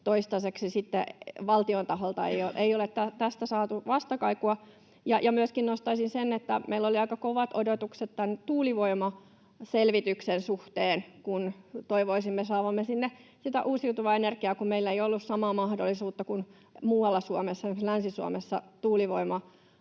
toistaiseksi valtion taholta ei ole tässä saatu vastakaikua. Myöskin nostaisin sen, että meillä oli aika kovat odotukset tämän tuulivoimaselvityksen suhteen, kun toivoisimme saavamme sinne uusiutuvaa energiaa, kun meillä ei ole ollut samaa mahdollisuutta kuin muualla Suomessa, esimerkiksi Länsi-Suomessa, tuulivoimaloitten